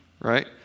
right